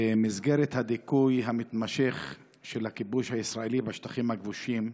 במסגרת הדיכוי המתמשך של הכיבוש הישראלי בשטחים הכבושים,